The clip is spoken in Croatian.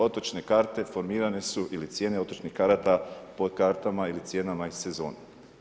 Otočne karte formirane su ili cijene otočnih karata po kartama ili cijenama iz sezone.